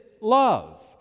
love